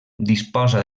disposa